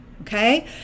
okay